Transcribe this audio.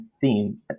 theme